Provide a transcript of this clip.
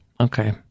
okay